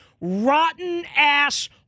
rotten-ass